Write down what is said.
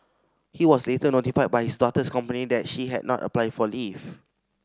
he was later notified by his daughter's company that she had not applied for leave